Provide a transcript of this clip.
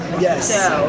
Yes